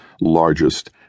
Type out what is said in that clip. largest